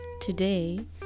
Today